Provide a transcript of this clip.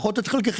לפחות את חלקכם,